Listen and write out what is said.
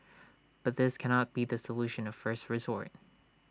but this cannot be the solution of first resort